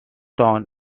town